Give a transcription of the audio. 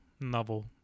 novel